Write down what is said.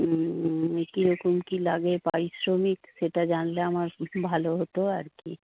কী রকম কী লাগে পারিশ্রমিক সেটা জানলে আমার ভালো হতো আরকি